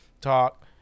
talk